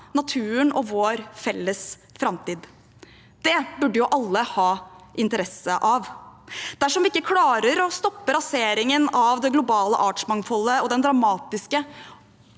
naturen og vår felles framtid. Det burde alle ha interesse av. Dersom vi ikke klarer å stoppe raseringen av det globale artsmangfoldet og den dramatiske